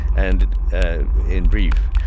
and ah in brief,